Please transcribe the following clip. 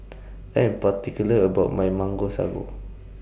I Am particular about My Mango Sago